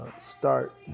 start